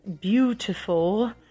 Beautiful